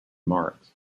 marks